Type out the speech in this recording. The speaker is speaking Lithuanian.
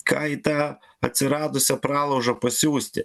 ką į tą atsiradusią pralaužą pasiųsti